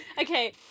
Okay